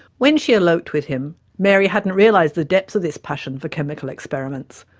when she eloped with him, mary hadn't realised the depth of this passion for chemical experiments,